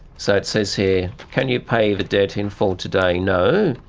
so it says here can you pay the debt in full today. no.